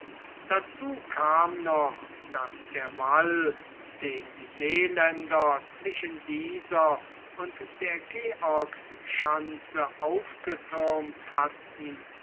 dazu kam noch daß der wall den die seeländer zwischen dieser und der georgs schanze aufgethürmt hatten